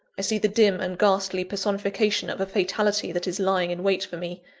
i see the dim and ghastly personification of a fatality that is lying in wait for me,